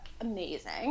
amazing